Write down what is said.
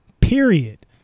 period